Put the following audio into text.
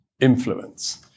influence